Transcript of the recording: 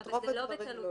--- אבל זה לא בקלות.